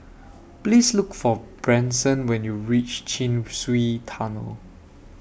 Please Look For Branson when YOU REACH Chin Swee Tunnel